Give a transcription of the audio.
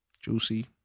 juicy